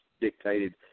dictated